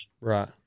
Right